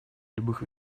любых